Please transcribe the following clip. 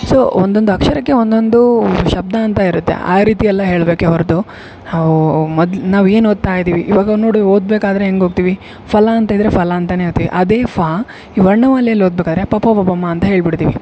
so ಒಂದೊಂದು ಅಕ್ಷರಕ್ಕೆ ಒಂದೊಂದು ಶಬ್ಧ ಅಂತ ಇರತ್ತೆ ಆ ರೀತಿ ಎಲ್ಲ ಹೇಳ್ಬೇಕೆ ಹೊರ್ತು ನಾವು ಮೊದ್ಲು ನಾವು ಏನು ಓದ್ತಾ ಇದ್ದೀವಿ ಇವಾಗ ನೋಡು ಓದ್ಬೇಕಾದರೆ ಹೆಂಗೆ ಓದ್ತೀವಿ ಫಲ ಅಂತಿದ್ದರೆ ಫಲ ಅಂತಾನೆ ಹೇಳ್ತಿವಿ ಅದೇ ಫ ಈ ವರ್ಣಮಾಲೆಯಲ್ಲಿ ಓದಬೇಕಾದರೆ ಪ ಪ ಬ ಬ ಮ ಅಂತಹೇಳ್ಬಿಡ್ತೀವಿ